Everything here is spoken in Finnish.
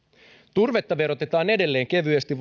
turvetta verotetaan edelleen kevyesti